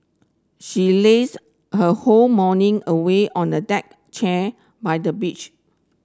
she lazed her whole morning away on the deck chair by the beach